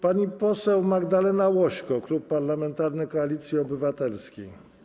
Pani poseł Magdalena Łośko, Klub Parlamentarny Koalicja Obywatelska.